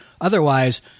Otherwise